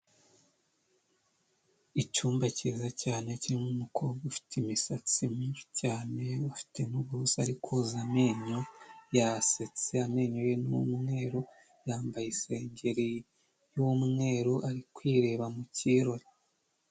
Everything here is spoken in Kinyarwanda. Icyumba kiza cyane kirimo umukobwa ufite imisatsi myinshi cyane, afite n'uburoso ari koza amenyo, yasetse amenyo ye ni umweru yambaye isengegeri y'umweru, ari kwireba mu kirori.